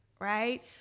right